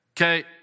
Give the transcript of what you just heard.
Okay